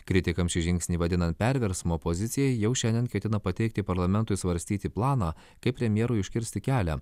kritikams šį žingsnį vadinant perversmu opozicija jau šiandien ketina pateikti parlamentui svarstyti planą kaip premjerui užkirsti kelią